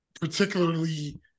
particularly